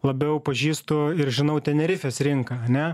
labiau pažįstu ir žinau tenerifės rinką ane